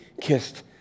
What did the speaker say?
kissed